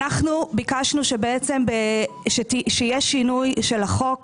ביקשנו שיהיה שינוי של החוק,